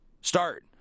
start